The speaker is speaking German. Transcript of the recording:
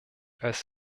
als